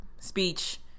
speech